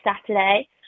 Saturday